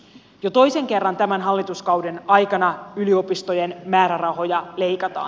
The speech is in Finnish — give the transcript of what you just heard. jo toisen kerran tämän hallituskauden aikana yliopistojen määrärahoja leikataan